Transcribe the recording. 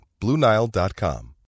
BlueNile.com